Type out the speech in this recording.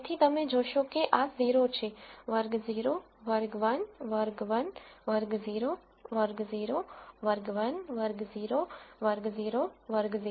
તેથી તમે જોશો કે આ 0 છે વર્ગ 0 વર્ગ 1 વર્ગ 1 વર્ગ 0 વર્ગ 0 વર્ગ 1 વર્ગ 0 વર્ગ 0 વર્ગ 0